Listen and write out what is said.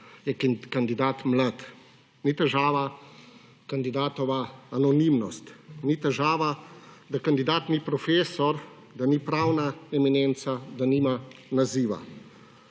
je kandidat mlad, ni težava kandidatova anonimnost, ni težava, da kandidat ni profesor, da ni pravna eminenca, da nima naziva.